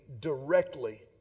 directly